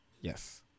Yes